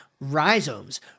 rhizomes